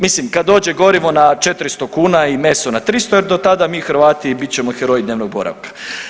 Mislim kad dođe gorivo na 400 kuna i meso na 300 jer do tada mi Hrvati bit ćemo heroji dnevnog boravka.